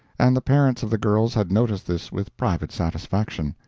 and the parents of the girls had noticed this with private satisfaction.